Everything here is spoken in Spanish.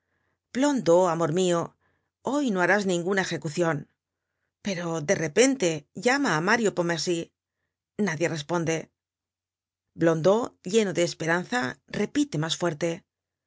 blondeau amor mio hoy no harás ninguna ejecucion pero de repente llama á mario pontmercy nadie responde blondeau lleno de esperanza repite mas fuerte